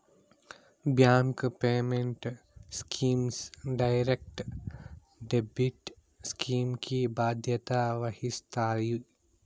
bank payment schemes direct debit scheme కి బాధ్యత వహిస్తాయి